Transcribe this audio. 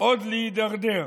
עוד להידרדר?